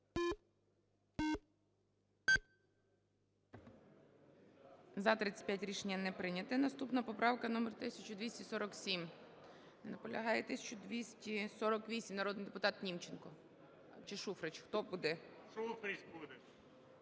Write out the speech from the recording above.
За-35 Рішення не прийнято. Наступна поправка – номер 1247. Не наполягає. 1248. Народний депутат Німченко. Чи Шуфрич? Хто буде? 11:09:24